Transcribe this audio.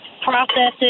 processes